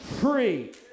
free